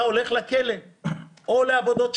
אתה הולך לכלא או לעבודות שירות.